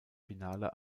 finale